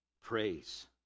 Praise